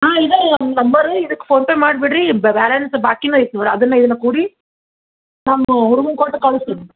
ಹಾಂ ಇದವೇ ಒಂದು ನಂಬರು ಇದಕ್ಕೆ ಫೋನ್ ಪೇ ಮಾಡಿ ಬಿಡ್ರೀ ಬ್ಯಾಲೆನ್ಸ್ ಬಾಕಿನೂ ಐತಿ ನೋಡಿರಿ ಅದನ್ನು ಇದನ್ನು ಕೂಡಿ ನಮ್ಮದೂ ಹುಡುಗನ್ನ ಕೊಟ್ಟು ಕಳಿಸಿ